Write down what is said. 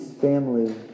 family